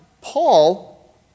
Paul